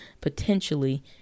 potentially